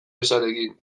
ezarekin